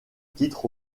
titres